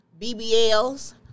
BBLs